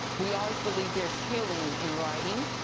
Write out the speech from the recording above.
we always believe there is healing in writing.